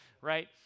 right